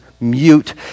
mute